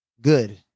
good